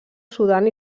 sudan